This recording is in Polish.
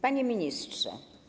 Panie Ministrze!